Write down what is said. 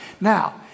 now